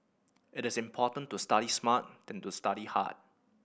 it is important to study smart than to study hard